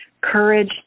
courage